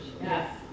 Yes